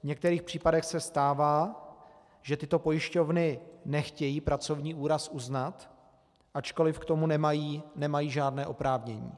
V některých případech se stává, že tyto pojišťovny nechtějí pracovní úraz uznat, ačkoli k tomu nemají žádné oprávnění.